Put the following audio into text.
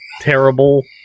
terrible